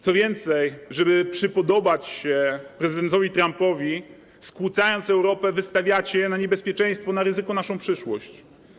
Co więcej, żeby przypodobać się prezydentowi Trumpowi, skłócając Europę, wystawiacie na niebezpieczeństwo, na ryzyko naszą przyszłość.